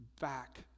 back